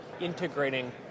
integrating